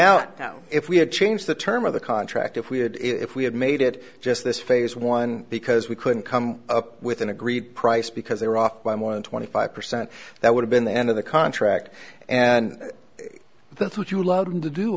know if we had changed the term of the contract if we had if we had made it just this phase one because we couldn't come up with an agreed price because they were off by more than twenty five percent that would have been the end of the contract and the thought you loved to do